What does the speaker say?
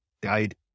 died